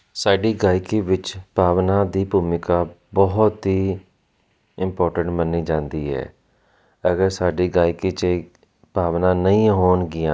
ਸਾਡੀ ਗਾਇਕੀ ਵਿੱਚ ਭਾਵਨਾ ਦੀ ਭੂਮਿਕਾ ਬਹੁਤ ਹੀ ਇੰਪੋਰਟੈਂਟ ਮੰਨੀ ਜਾਂਦੀ ਹੈ ਅਗਰ ਸਾਡੀ ਗਾਇਕੀ 'ਚ ਭਾਵਨਾ ਨਹੀਂ ਹੋਣਗੀਆਂ